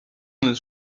nel